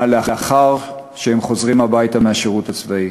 לאחר שהם חוזרים הביתה מהשירות הצבאי.